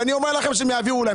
ואני אומר לכם שהם יעבירו להם,